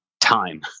time